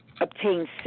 obtains